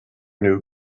knew